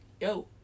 yo